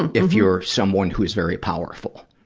and if you're someone who is very powerful?